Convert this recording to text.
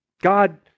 God